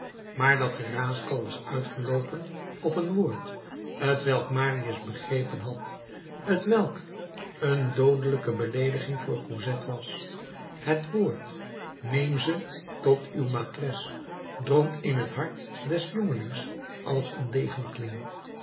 maar dat geraaskal was uitgeloopen op een woord t welk marius begrepen had t welk een doodelijke beleediging voor cosette was het woord neem ze tot uw matres drong in het hart des jongelings als een